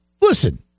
listen